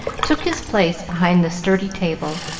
took his place behind the study table.